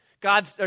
God